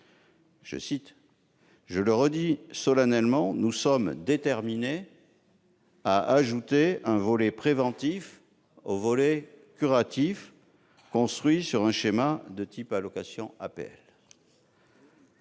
:« Je le redis ici solennellement : nous sommes déterminés à ajouter un volet préventif au volet curatif [...] construit sur un schéma du type allocation APL. »